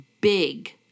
big